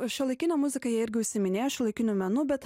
šiuolaikine muzika jie irgi užsiiminėja šiuolaikiniu menu bet